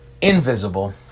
invisible